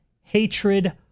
hatred